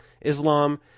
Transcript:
Islam